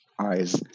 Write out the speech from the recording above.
eyes